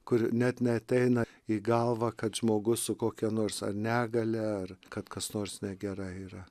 kur net neateina į galvą kad žmogus su kokia nors ar negalia ar kad kas nors negera yra